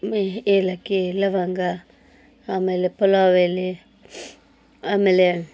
ಏ ಏಲಕ್ಕಿ ಲವಂಗ ಆಮೇಲೆ ಪಲಾವು ಎಲೆ ಆಮೇಲೆ